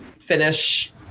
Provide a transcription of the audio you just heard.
finish